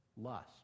lust